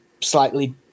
slightly